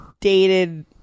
dated